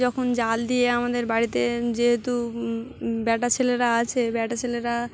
যখন জাল দিয়ে আমাদের বাড়িতে যেহেতু বেটা ছেলেরা আছে বেটা ছেলেরা